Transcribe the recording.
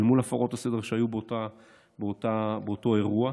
אל מול הפרות הסדר שהיו באותו אירוע,